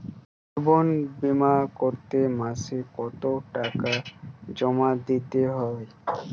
জীবন বিমা করতে মাসে কতো টাকা জমা দিতে হয়?